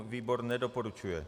Výbor nedoporučuje.